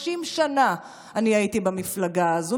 30 שנה אני הייתי במפלגה הזו,